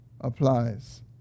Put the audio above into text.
applies